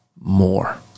more